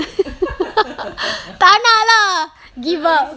tak nak lah give up